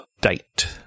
Date